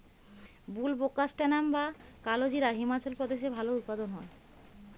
বুলবোকাস্ট্যানাম বা কালোজিরা হিমাচল প্রদেশে ভালো উৎপাদন হয়